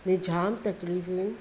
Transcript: में जाम तकलीफ़ूं